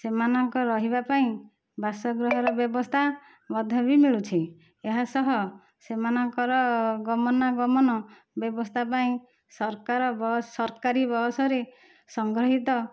ସେମାନଙ୍କର ରହିବା ପାଇଁ ବାସଗୃହର ବ୍ୟବସ୍ଥା ମଧ୍ୟ ବି ମିଳୁଛି ଏହାସହ ସେମାନଙ୍କର ଗମନାଗମନ ବ୍ୟବସ୍ଥା ପାଇଁ ସରକାର ବସ୍ ସରକାରୀ ବସ୍ରେ ସଂଗୃହିତ